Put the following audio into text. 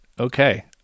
Okay